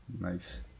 Nice